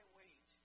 wait